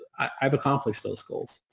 i've accomplished those goals.